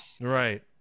Right